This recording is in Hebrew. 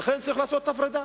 ולכן צריך לעשות הפרדה.